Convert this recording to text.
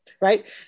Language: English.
Right